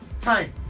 time